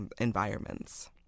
environments